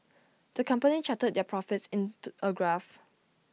the company charted their profits in to A graph